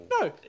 No